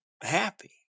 happy